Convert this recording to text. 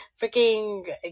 freaking